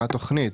מה התוכנית?